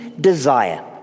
desire